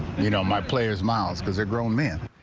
you know my players miles because a grown man.